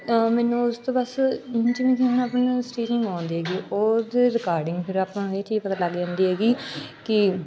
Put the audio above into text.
ਮੈਨੂੰ ਉਸ ਤੋਂ ਬਸ ਜਿਵੇਂ ਕਿ ਹੁਣ ਆਪਣੇ ਸਟੀਚਿਗ ਆਉਂਦੀ ਹੈਗੀ ਉਹਦੇ ਰਿਗਾਰਡਿੰਗ ਫਿਰ ਆਪਾਂ ਇਹ ਚੀਜ਼ ਪਤਾ ਲੱਗ ਜਾਂਦੀ ਹੈਗੀ ਕਿ